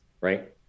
Right